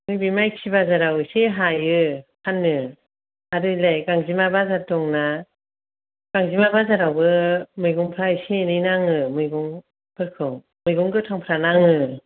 नैबे माइखि बाजाराव एसे हायो फाननो आर एलाय गांजेमा बाजार दंना गांजेमा बाजारावबो मैगंफ्रा एसे एनै नांङो मैगंफोरखौ मैगं गोथांफ्रा नांङो